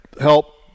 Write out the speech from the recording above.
help